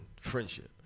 friendship